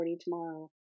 tomorrow